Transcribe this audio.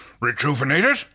Rejuvenated